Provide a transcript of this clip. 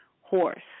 horse